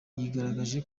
yagaragaje